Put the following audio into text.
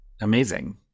Amazing